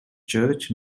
church